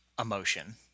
emotion